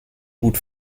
gut